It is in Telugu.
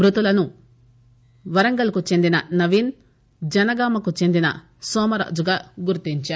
మ్బతులను వరంగల్కి చెందిన నవీన్ జనగామకి చెందిన సోమరాజుగా గుర్తించారు